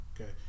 Okay